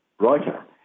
writer